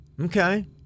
Okay